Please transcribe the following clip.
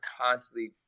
constantly